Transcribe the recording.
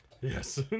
yes